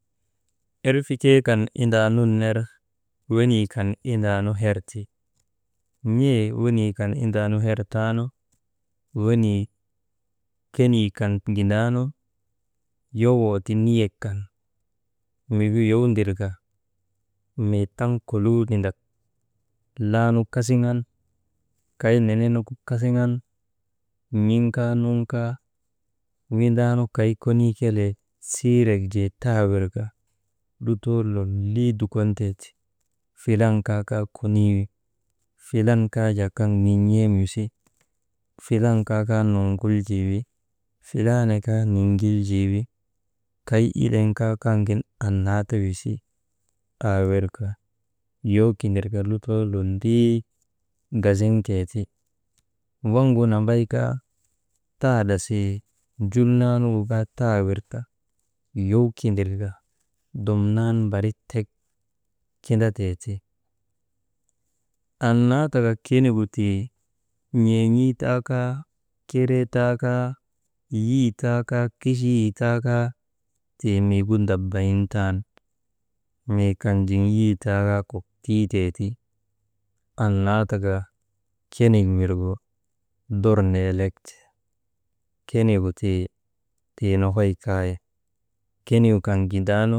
Erfikee kan indaa nun ner wenii kan indaanu herti n̰ee wenii kan indaa nu hertaanu, wenii kenii kan gindaanu yowoo ti niyek kan, miigu yow ndirka mii taŋ kolii nindak laanu kasiŋan, kay neneenugu kasiŋan, n̰iŋ kaa, nuŋ kaa windaanu kay konii kelee siirek jee tawirka lutoo lolii dukonteeti. Filan kaa, kaa konii wi, filan kaa kan mii n̰em wisi, filan kaa kaa nuŋguljii wi, filan kaa kaa nuŋgiljii wi, kay ileŋ kaa kaŋ gin annaa ta wisi, aawirka yow kindirka lutoo lolii gasiŋtee ti. Waŋgu nambay kaa taadasii jul naa nugu kaa tawir ka yow kindirka dumnan barik tek kindatee ti, annaa taka kenii nugu tii n̰en̰ii taa kaa, keree taa kaa, yii taa kaa, kichiyii taa kaa tii miigu ndabayintan, mii kan jiŋ yii taa kaa kok tiiteeti. Annaa taka ta konik mirgu dor neelek ti kenigu tii, tii, nokoy kay kenigu kan gindaanu.